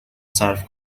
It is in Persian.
صرف